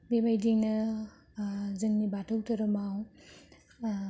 बेबायदिनो जोंनि बाथौ धोरोमाव